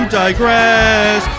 digress